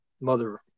Mother